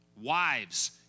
Wives